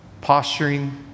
posturing